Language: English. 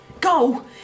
Go